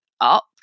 up